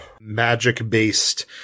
Magic-based